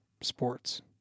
sports